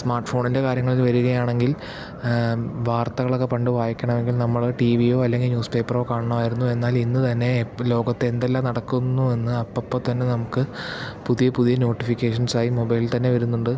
smart ഫോണിൻറ്റെ കാര്യങ്ങളിൽ വരികയാണെങ്കിൽ ആ വാർത്തകളൊക്കേ പണ്ട് വായിക്കണമെങ്കിൽ നമ്മൾ ടിവിയോ ന്യൂസ്പേപ്പറോ കാണണമായിരുന്നു എന്നാൽ ഇന്നു തന്നേ ലോകത്ത് എന്തെല്ലാം നടക്കുന്നുവെന്ന് അപ്പപ്പോൾ തന്നേ നുമുക്ക് പുതിയ പുതിയ നോട്ടിഫിക്കേഷൻസ് ആയി മൊബൈലിൽ തന്നേ വരുന്നുണ്ട്